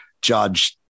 judge